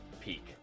peak